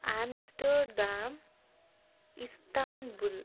Amsterdam Istanbul